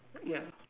yeah